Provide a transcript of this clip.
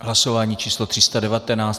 Hlasování číslo 319.